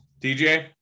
dj